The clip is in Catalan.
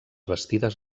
bastides